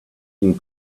can